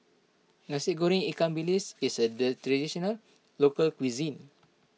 Nasi Goreng Ikan Bilis is a local cuisine